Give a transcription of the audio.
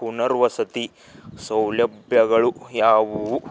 ಪುನರ್ವಸತಿ ಸೌಲಭ್ಯಗಳು ಯಾವುವು